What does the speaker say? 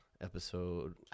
Episode